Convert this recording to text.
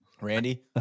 Randy